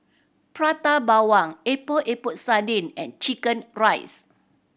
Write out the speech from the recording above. Prata Bawang Epok Epok Sardin and chicken rice